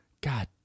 god